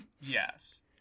Yes